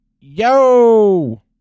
Yo